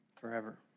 forever